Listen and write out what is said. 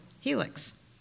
Helix